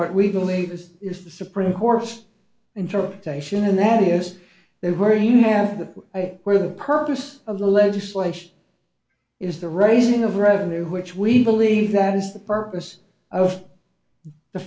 what we believe this is the supreme court's interpretation and that is that where you have the where the purpose of the legislation is the raising of revenue which we believe that is the purpose of the